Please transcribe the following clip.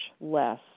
less